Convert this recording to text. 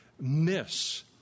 miss